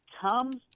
comes